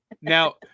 Now